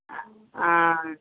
ஆ ஆ